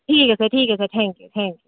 ঠিক আছে ঠিক আছে থেংক ইউ থেংক ইউ